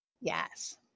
Yes